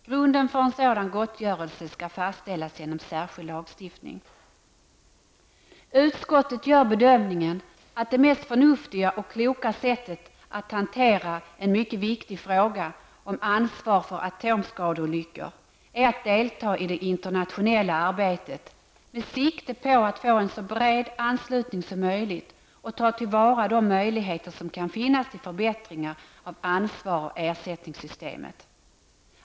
Grunden för sådan gottgörelse skall fastställas genom särskild lagstiftning. Utskottet gör bedömningen att det mest förnuftiga och kloka sättet att hantera den mycket viktiga frågan om ansvar för atomskadeolyckor är att delta i det internationella arbetet med sikte på att få en så bred anslutning som möjligt och ta till vara de möjligheter som kan finnas till förbättringar av ansvars och ersättningssystemet.